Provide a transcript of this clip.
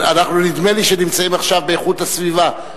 אבל נדמה לי שנמצאים עכשיו באיכות הסביבה.